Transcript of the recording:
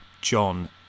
John